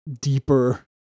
deeper